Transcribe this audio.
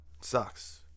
sucks